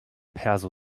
perso